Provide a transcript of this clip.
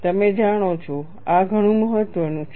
તમે જાણો છો આ ઘણું મહત્ત્વનું છે